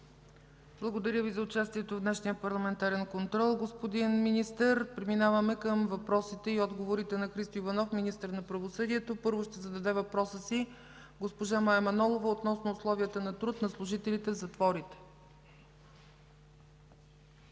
Благодаря Ви за участието в днешния парламентарен контрол, господин Министър. Преминаваме към въпросите и отговорите на Христо Иванов – министър на правосъдието. Първо ще зададе въпроса си госпожа Мая Манолова относно условията на труд на служителите в затворите.